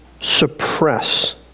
suppress